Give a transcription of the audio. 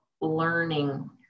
learning